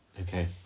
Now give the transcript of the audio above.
okay